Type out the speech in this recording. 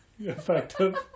effective